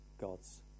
God's